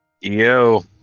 Yo